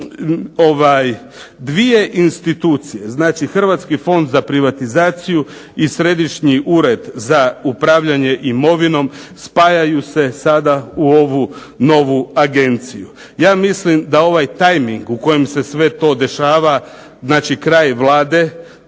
Dvije institucije, znači Hrvatski fond za privatizaciju i Središnji ured za upravljanje imovinom spajaju se sada u ovu novu agenciju. Ja mislim da ovaj tajming u kojem se sve to dešava, znači kraj Vlade